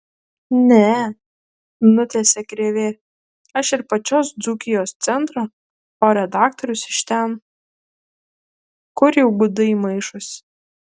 ne nutęsė krėvė aš ir pačios dzūkijos centro o redaktorius iš ten kur jau gudai maišosi